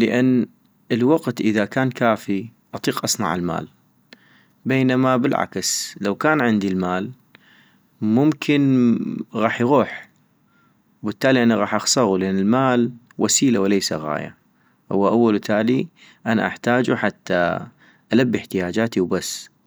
-لان الوقت اذا كان كافي اطيق اصنع المال، بينما بالعكس لو كان عندي المال ممكن ممم-غاح يغوح بالتالي انا غاح اخسغو، لان المال وسيلة وليس غاية ، هو اول وتالي انا احتاجو حتى البي احتياجاتي وبس